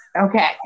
Okay